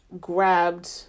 grabbed